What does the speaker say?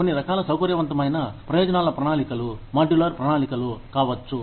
కొన్ని రకాల సౌకర్యవంతమైన ప్రయోజనాల ప్రణాళికలు మాడ్యులర్ ప్రణాళికలు కావచ్చు